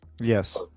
yes